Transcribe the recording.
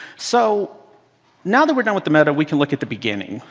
so now that we're done with the meta, we can look at the beginning.